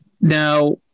Now